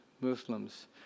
Muslims